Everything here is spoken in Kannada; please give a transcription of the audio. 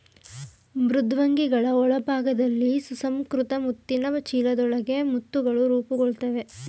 ಮೃದ್ವಂಗಿಗಳ ಒಳಭಾಗದಲ್ಲಿ ಸುಸಂಸ್ಕೃತ ಮುತ್ತಿನ ಚೀಲದೊಳಗೆ ಮುತ್ತುಗಳು ರೂಪುಗೊಳ್ತವೆ